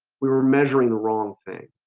we were measuring the wrong thing